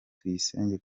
tuyisenge